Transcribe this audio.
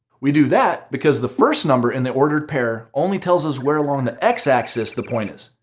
we do that because the first number in the ordered pair only tells us where along the x-axis the point is,